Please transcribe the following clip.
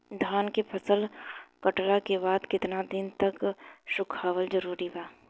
धान के फसल कटला के बाद केतना दिन तक सुखावल जरूरी बा?